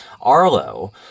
Arlo